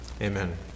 Amen